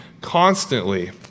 constantly